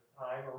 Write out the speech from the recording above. time